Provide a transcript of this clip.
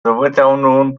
sowjetunion